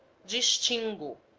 distingo